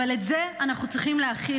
אבל את זה אנחנו צריכים להכיל.